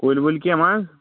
کُلۍ وُلۍ کینٛہہ منٛز